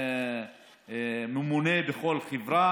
ממנים ממונה בכל חברה.